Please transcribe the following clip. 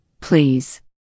please